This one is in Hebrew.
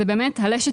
זה באמת הלסת